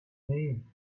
mean